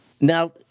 Now